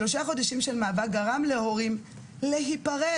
שלושה חודשי מאבק גרמו להורים להיפרד.